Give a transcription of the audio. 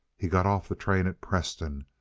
he got off the train at preston,